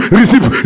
receive